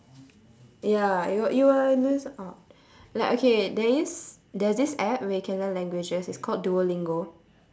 ya you were you were oh like okay there is there's this app where you can learn different languages it's called duolingo